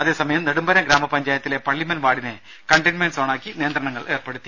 അതേ സമയം നെടുമ്പന ഗ്രാമ പഞ്ചായത്തിലെ പള്ളിമൺ വാർഡിനെ കണ്ടെയിൻമെന്റ്സോണാക്കി നിയന്ത്രണങ്ങൾ ഏർപ്പെടുത്തി